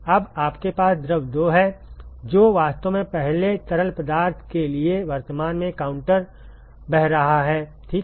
अब आपके पास द्रव 2 है जो वास्तव में पहले तरल पदार्थ के लिए वर्तमान में काउंटर बह रहा है ठीक है